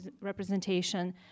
representation